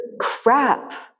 Crap